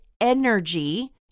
energy